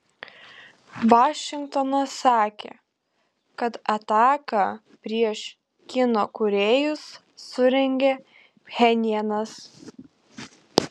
vašingtonas sakė kad ataką prieš kino kūrėjus surengė pchenjanas